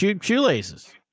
shoelaces